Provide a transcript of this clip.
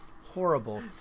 horrible